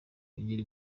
yongere